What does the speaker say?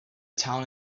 town